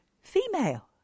female